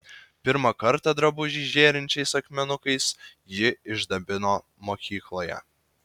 pirmą kartą drabužį žėrinčiais akmenukais ji išdabino mokykloje